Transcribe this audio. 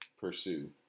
pursue